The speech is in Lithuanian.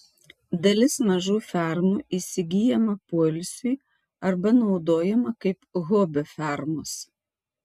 dalis mažų fermų įsigyjama poilsiui arba naudojama kaip hobio fermos